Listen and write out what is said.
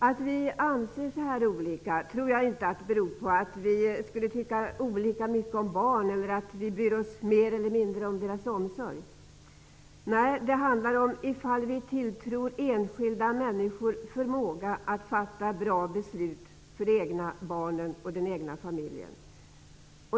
Att vi i de olika partierna har olika uppfattningar i den här frågan beror inte på att vi tycker olika mycket om barn eller att vi bryr oss mer eller mindre om deras omsorg. Det handlar i stället om huruvida vi tilltror enskilda människor förmågan att fatta bra beslut för de egna barnen och den egna familjen.